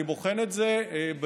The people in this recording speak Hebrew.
אני בוחן את זה במסגרת,